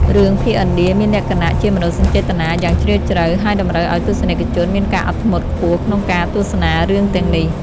រឿងភាគឥណ្ឌាមានលក្ខណៈជាមនោសញ្ចេតនាយ៉ាងជ្រាលជ្រៅហើយតម្រូវឲ្យទស្សនិកជនមានការអត់ធ្មត់ខ្ពស់ក្នុងការទស្សនារឿងទាំងនេះ។